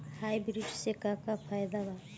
Hybrid से का का फायदा बा?